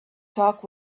talk